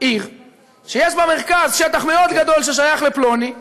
עיר שיש בה מרכז, שטח מאוד גדול ששייך לפלוני,